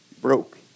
broke